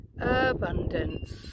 abundance